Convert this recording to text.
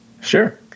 Sure